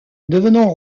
devenant